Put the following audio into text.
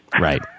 Right